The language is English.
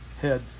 head